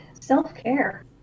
self-care